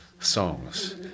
songs